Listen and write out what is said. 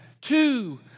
two